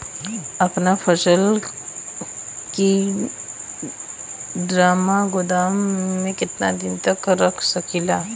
अपना फसल की ड्रामा गोदाम में कितना दिन तक रख सकीला?